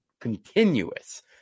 continuous